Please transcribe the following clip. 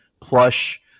plush